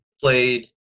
played